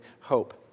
hope